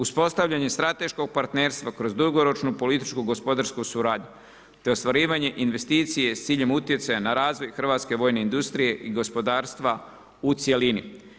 Uspostavljeno je strateško partnerstvo kroz dugoročno političku gospodarsku suradnju te ostvarivanje investicije s ciljem utjecaja na razvoj hrvatske vojne industrije i gospodarstva u cjelini.